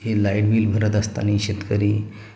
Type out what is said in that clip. हे light bill भरत असताना शेतकरी